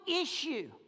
issue